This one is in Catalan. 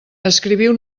escriviu